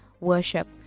worship